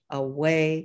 away